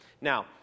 Now